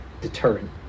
deterrent